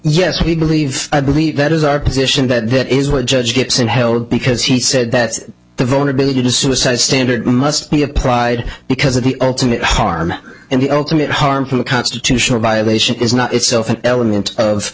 yes we believe i believe that is our position that that is what judge gibson held because he said that the vulnerability to suicide standard must be applied because of the ultimate harm and the ultimate harm from a constitutional violation is not itself an element of